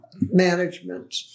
management